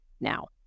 now